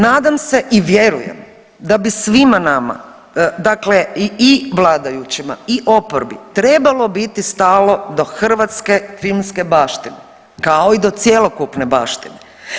Nadam se i vjerujem da bi svima nama dakle i vladajućima i oporbi trebalo biti stalo do hrvatske filmske baštine kao i do cjelokupne baštine.